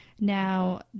Now